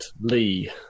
lee